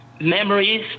memories